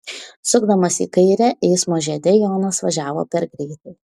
sukdamas į kairę eismo žiede jonas važiavo per greitai